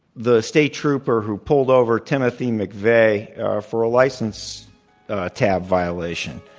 the state trooper who pulled over timothy mcveigh for a license tab violation.